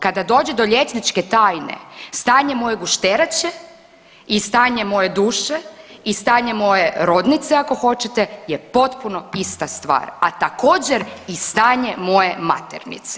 Kada dođe do liječničke tajne stanje moje gušterače i stanje moje duše i stanje moje rodnice, ako hoćete, je potpuno ista stvar, a također, i stanje moje maternice.